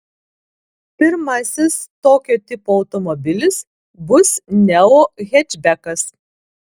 pirmasis tokio tipo automobilis bus neo hečbekas